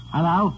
Hello